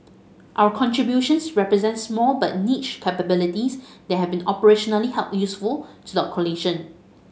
our contributions represent small but niche capabilities that have been operationally useful to the coalition